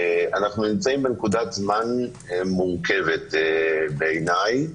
אנחנו נמצאים בנקודת זמן מורכבת בעיניי,